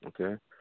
Okay